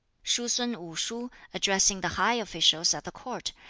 shuh-sun wu-shuh, addressing the high officials at the court,